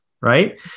Right